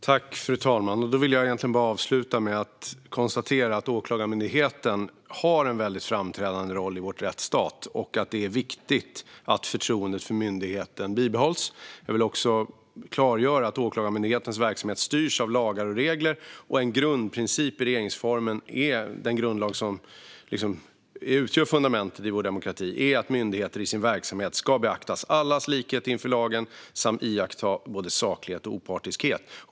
Fru talman! Jag vill bara avsluta med att konstatera att Åklagarmyndigheten har en väldigt framträdande roll i vår rättsstat och att det är viktigt att förtroendet för myndigheten bibehålls. Jag vill också klargöra att Åklagarmyndighetens verksamhet styrs av lagar och regler, och en grundprincip i regeringsformen - den grundlag som utgör fundamentet i vår demokrati - är att myndigheter i sin verksamhet ska beakta allas likhet inför lagen och iaktta både saklighet och opartiskhet.